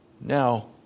Now